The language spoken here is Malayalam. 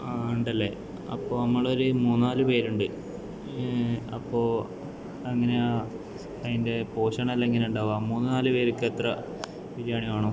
ആഹ് ഉണ്ടല്ലേ അപ്പോൾ നമ്മളൊരു മൂന്നാല് പേരുണ്ട് അപ്പോൾ അങ്ങനെ അതിൻ്റെ പോഷനലൊക്കെ എങ്ങനാ ഉണ്ടാവുക മൂന്നു നാല് പേർക്ക് എത്ര ബിരിയാണി വേണം